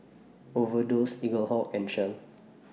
Overdose Eaglehawk and Shell